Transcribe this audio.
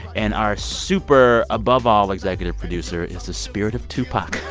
and our super, above-all executive producer is the spirit of tupac,